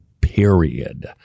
period